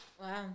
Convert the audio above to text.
Wow